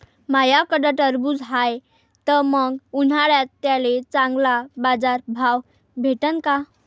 माह्याकडं टरबूज हाये त मंग उन्हाळ्यात त्याले चांगला बाजार भाव भेटन का?